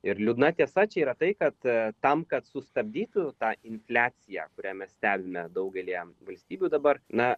ir liūdna tiesa čia yra tai kad tam kad sustabdytų tą infliaciją kurią mes stebime daugelyje valstybių dabar na